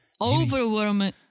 Overwhelming